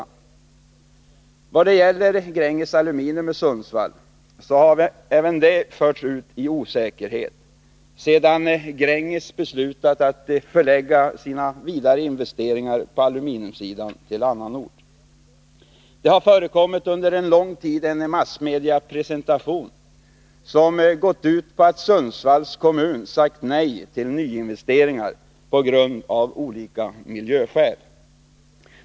I vad gäller Gränges Aluminium i Sundsvall så har även det förts ut i osäkerhet sedan Gränges beslutat att förlägga sina vidare investeringar på aluminiumsidan till annan ort. Det har under en lång tid förekommit en massmediapresentation som gått ut på att Sundsvalls kommun av olika miljöskäl sagt nej till nyinvesteringar.